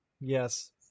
Yes